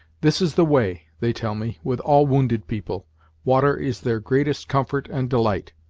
this is the way, they tell me, with all wounded people water is their greatest comfort and delight.